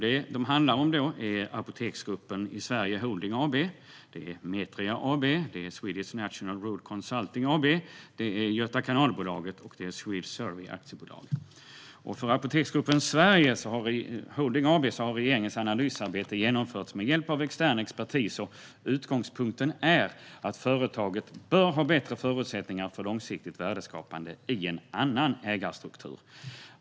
Det handlar om Apoteksgruppen i Sverige Holding AB, Metria AB, Swedish National Road Consulting AB, AB Göta kanalbolag och Swedesurvey Aktiebolag. När det gäller Apoteksgruppen i Sverige Holding AB har regeringens analysarbete genomförts med hjälp av extern expertis. Utgångspunkten är att företaget bör ha bättre förutsättningar för långsiktigt värdeskapande i en annan ägarstruktur.